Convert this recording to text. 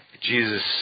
Jesus